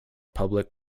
public